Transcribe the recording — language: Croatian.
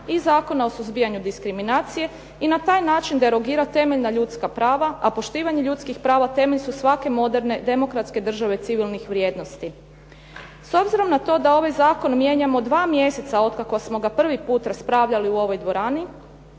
i Zakona o suzbijanju diskriminacije i na taj način derogira temeljna ljudska prava, a poštivanje ljudskih prava temelj su svake moderne demokratske države civilnih vrijednosti. S obzirom na to da ovaj zakon mijenjamo 2 mjeseca otkako smo ga prvi put raspravljali u ovoj dvorani,